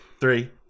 Three